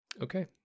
Okay